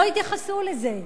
לא התייחסו לזה.